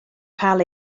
cael